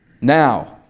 Now